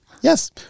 Yes